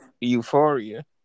Euphoria